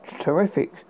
terrific